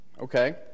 Okay